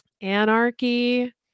anarchy